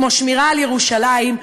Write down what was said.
כמו שמירה על ירושלים,